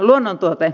luonnontuote